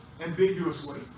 ambiguously